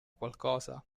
qualcosa